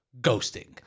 ghosting